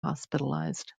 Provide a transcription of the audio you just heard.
hospitalized